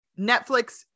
Netflix